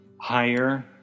higher